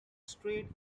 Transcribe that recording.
strait